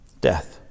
Death